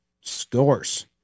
scores